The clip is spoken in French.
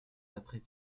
d’après